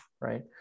right